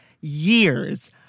years